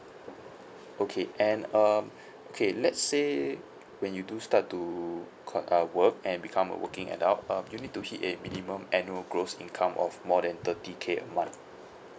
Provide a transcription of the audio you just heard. okay and um okay let's say when you do start to qui~ uh work and become a working adult um you need to hit a minimum annual gross income of more than thirty K a month